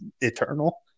eternal